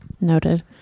noted